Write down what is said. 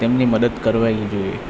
તેમની મદદ કરવી જોઈએ